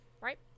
right